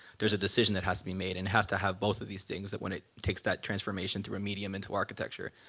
there's a decision that has to be made, and has to have both of these things when it takes that transformation through a medium into architecture.